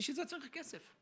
בשביל זה צריך כסף.